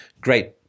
great